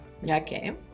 Okay